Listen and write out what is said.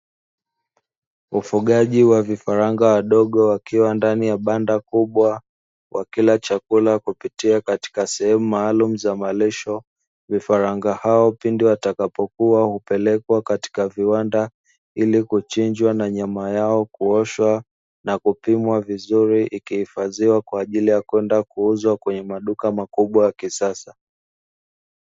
Ufugaji wa vifaranga wadogo wakiwa ndani ya banda kubwa, wakila chakula kupitia katika sehemu maalumu za malisho. Vifaranga hao pindi watakapokua hupelekwa katika viwanda, ili kuchinjwa na nyama yao kuoshwa na kupimwa vizuri ikihifadhiwa kwa ajili ya kwenda kuuzwa kwenye maduka makubwa ya kisasa.